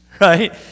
Right